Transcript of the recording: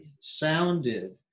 sounded